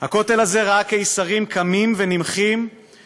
/ הכותל הזה ראה קיסרים קמים ונמחים /